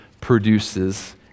produces